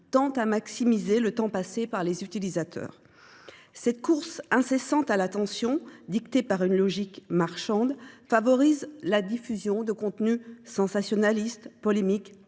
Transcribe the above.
tend à maximiser le temps qu’y passent les utilisateurs. Cette course incessante à l’attention, dictée par une logique marchande, favorise la diffusion de contenus sensationnalistes, polémiques,